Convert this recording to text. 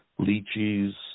Lychees